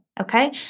Okay